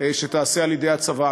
שתיעשה על-ידי הצבא.